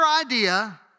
idea